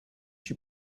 you